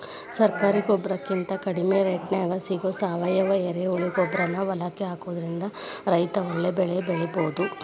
ಸರಕಾರಿ ಗೊಬ್ಬರಕಿಂತ ಕಡಿಮಿ ರೇಟ್ನ್ಯಾಗ್ ಸಿಗೋ ಸಾವಯುವ ಎರೆಹುಳಗೊಬ್ಬರಾನ ಹೊಲಕ್ಕ ಹಾಕೋದ್ರಿಂದ ರೈತ ಒಳ್ಳೆ ಬೆಳಿ ಬೆಳಿಬೊದು